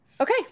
Okay